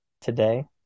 Today